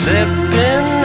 Sipping